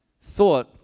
thought